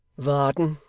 varden,